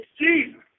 Jesus